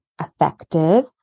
effective